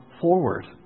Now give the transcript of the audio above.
forward